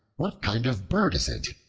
what kind of bird is it?